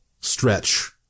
stretch